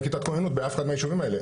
כיתת כוננות באף אחד מהיישובים האלה.